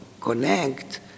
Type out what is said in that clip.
connect